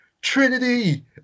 trinity